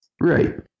Right